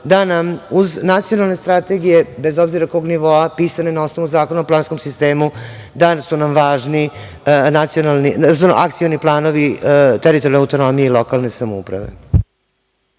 da nam uz nacionalne strategije, bez obzira kog nivoa, pisane na osnovu zakona o planskom sistemu, da su nam važni akcioni planovi teritorijalne autonomije i lokalne samouprave.